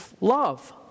love